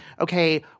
okay